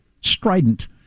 Strident